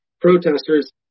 protesters